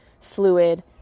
fluid